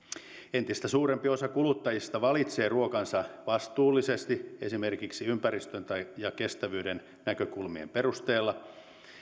entistä suurempi osa kuluttajista valitsee ruokansa vastuullisesti esimerkiksi ympäristön ja kestävyyden näkökulmien perusteella